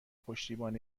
پشتیبان